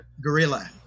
gorilla